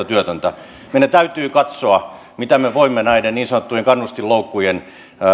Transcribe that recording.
työtöntä meidän täytyy katsoa mitä me voimme näiden niin sanottujen kannustinloukkujen